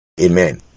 Amen